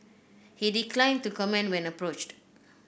he declined to comment when approached